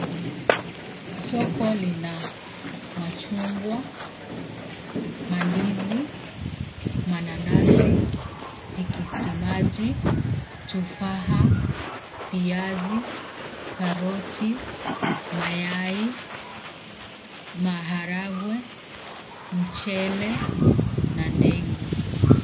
Soko lina Machungwa, mandizi ,mananasi ,tikiti maji, tufaha ,viazi, karoti ,mayai ,maharagwe, mchele na ndengu.